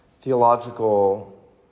theological